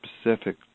specific